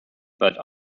but